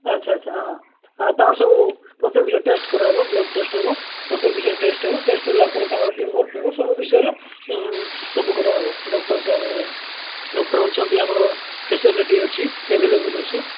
ଆଚ୍ଛା ଆଚ୍ଛା ହଁ ହଁ ତାଙ୍କର ସବୁ ପ୍ରତ୍ୟେକ ବିଷୟ ଟେଷ୍ଟ୍ କାରାହେବ ବ୍ଲଡ଼୍ ଟେଷ୍ଟ୍ ହେବ ପ୍ରତ୍ୟେକ ବିଷୟ ଟେଷ୍ଟ୍ ହେବ ଟେଷ୍ଟ୍ ହେଲା ପରେ ତାଙ୍କର ଟ୍ୟୁମର୍ ଫ୍ୟୁମର୍ ସବୁ ବିଷୟରେ ସବୁ କାରାହେବ ଡକ୍ଟର୍ ସାର୍ ଡକ୍ଟର୍ ଅଛନ୍ତି ଆମର ଫାସିଲିଟି ଅଛି ଅଭେଲେବୁଲ୍ ଅଛି